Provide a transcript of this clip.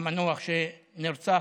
המנוח שנרצח,